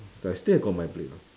I still have got my blade [what]